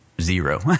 zero